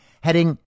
heading